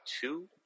two